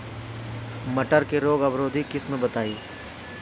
मटर के रोग अवरोधी किस्म बताई?